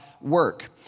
work